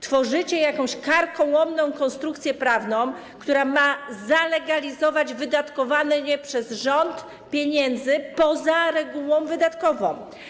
Tworzycie jakąś karkołomną konstrukcję prawną, która ma zalegalizować wydatkowanie przez rząd pieniędzy poza regułą wydatkową.